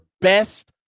best